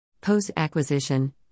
Post-acquisition